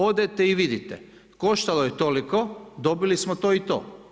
Odete i vidite koštalo je toliko, dobili smo to i to.